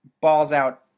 balls-out